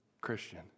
Christian